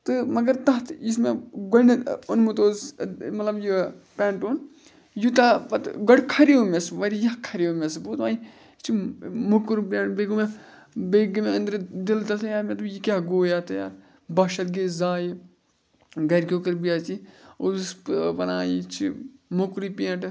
تہٕ مگر تَتھ یُس مےٚ گۄڈنٮ۪تھ اوٚنمُت اوس مطلب یہِ پٮ۪نٛٹ اوٚن یوٗتاہ پَتہٕ گۄڈٕ کھریو مےٚ سُہ واریاہ کھریو مےٚ سُہ بہٕ اوسُس دَ وَنۍ یہِ چھِ مُکُر پینٛٹ بیٚیہِ گوٚو مےٚ بیٚیہِ گٔے مےٚ أنٛدرٕ دِل تسلی ہے مےٚ دوٚپ یہِ کیٛاہ گوٚو یَتھ بہہ شَتھ گٔے زایہِ گَرِکیو کٔر بےٚعزتی اوسُس بہٕ وَنان یہِ چھِ مُکُرٕے پینٛٹہٕ